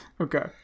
Okay